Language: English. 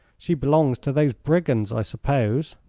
she belongs to those brigands, i suppose.